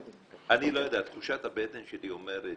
תחושת הבטן שלי אומרת